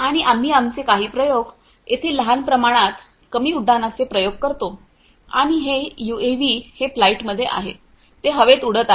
आणि आम्ही आमचे काही प्रयोग येथे लहान प्रमाणात कमी उड्डाणचे प्रयोग करतो आणि हे युएव्ही हे फ्लाइटमध्ये आहे ते हवेत उडत आहे